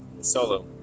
Solo